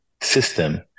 system